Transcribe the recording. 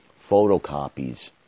photocopies